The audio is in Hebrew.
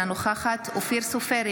אינה נוכחת אופיר סופר,